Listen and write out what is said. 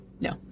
no